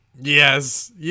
Yes